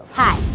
hi